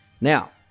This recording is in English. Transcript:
Now